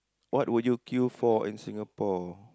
what would you queue for in Singapore